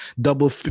double